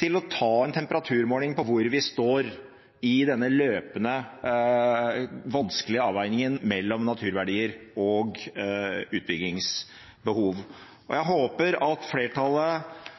til å ta en temperaturmåling på hvor vi står i denne løpende, vanskelige avveiningen mellom naturverdier og utbyggingsbehov. Jeg håper at flertallet